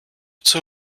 zur